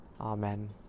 Amen